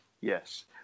Yes